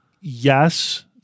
yes